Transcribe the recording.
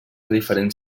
diferents